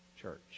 Church